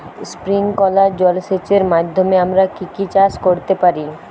Sprinkler জলসেচের মাধ্যমে আমরা কি কি চাষ করতে পারি?